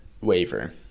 waiver